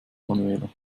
manuela